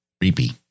Creepy